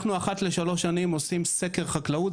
אנחנו אחת לשלוש שנים עושים סקר חקלאות,